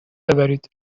ببرید